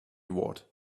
ward